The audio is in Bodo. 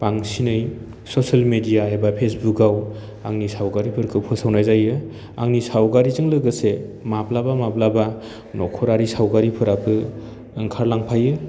बांसिनै ससियेल मिडिया एबा फेसबुकआव आंनि सावगारिफोरखौ फोसावनाय जायो आंनि सावगारिजों लोगोसे माब्लाबा माब्लाबा न'खरारि सावगारिफोराबो ओंखारलांफायो